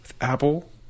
Apple